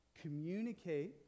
Communicate